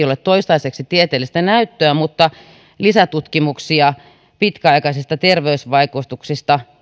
ole toistaiseksi tieteellistä näyttöä mutta lisätutkimusten tekemistä pitkäaikaisista terveysvaikutuksista